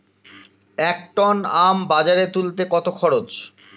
এক টন আম বাজারে তুলতে কত খরচ?